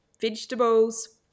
vegetables